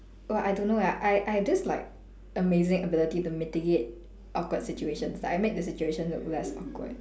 !wah! I don't know eh I I have this like amazing ability to mitigate awkward situations like I make the situation look less awkward